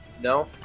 No